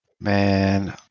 Man